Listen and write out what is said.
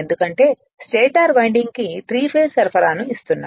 ఎందుకంటే స్టేటర్ వైండింగ్కు three phase సరఫరాను ఇస్తున్నాము